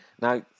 Now